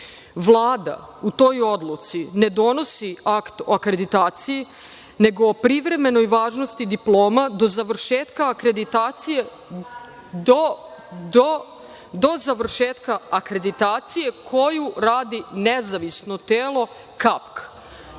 Vlada u toj odluci ne donosi akt o akreditaciji, nego o privremenoj važnosti diploma do završetka akreditacije, do završetka